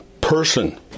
person